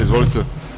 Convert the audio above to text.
Izvolite.